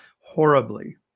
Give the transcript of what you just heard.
horribly